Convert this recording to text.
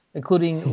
including